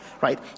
right